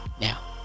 Now